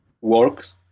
Works